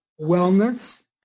wellness